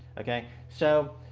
okay? so.